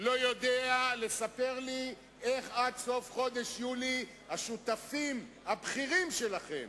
לא יודע לספר לי איך עד סוף חודש יולי השותפים הבכירים שלכם